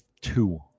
two